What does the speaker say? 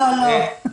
לא, לא.